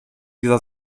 dieser